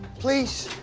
please!